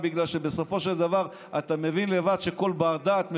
בגלל שבסופו של דבר אתה מבין לבד מה שכל בר-דעת מבין: